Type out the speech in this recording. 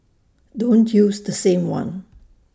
don't use the same one